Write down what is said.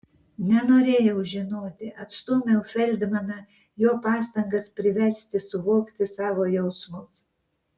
nenorėjau žinoti atstūmiau feldmaną jo pastangas priversti suvokti savo jausmus